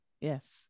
yes